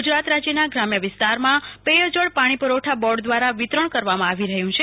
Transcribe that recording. ગુજરાત રાજ્યના ગ્રામ્ય વિસ્તારમાં પેયજળ પાણી પુરવઠા બોર્ડ દ્વારા વિતરણ કરવામાં આવી રહ્યું છે